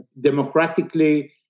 democratically